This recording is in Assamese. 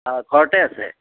অঁ ঘৰতে আছে